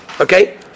Okay